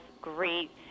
great